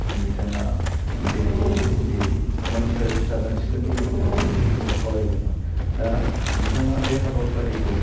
बिथाङा बिनि जि मोन्थोर साखोन सिखोननि मोन्थोर बेखौ आवरायदोंमोन दा बिथाङा बे हाबाफारिखौ